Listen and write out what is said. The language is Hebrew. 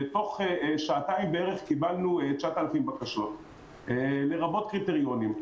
ותוך שעתיים בערך קיבלנו 9,000 בקשות לרבות קריטריונים.